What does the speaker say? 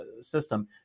system